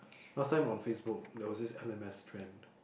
last time on Facebook there was this L_M_S trend